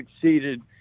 succeeded –